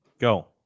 Go